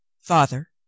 Father